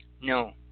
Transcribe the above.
No